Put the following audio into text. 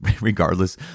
regardless